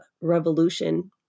revolution